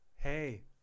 Hey